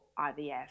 IVF